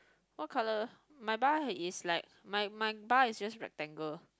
what colour my bar is like my my bar is just rectangle